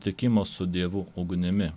tikimo su dievu ugnimi